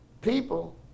people